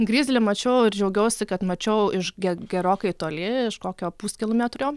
grizlį mačiau ir džiaugiausi kad mačiau iš ge gerokai toli iš kokio puskilometrio